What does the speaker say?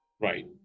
Right